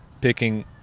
picking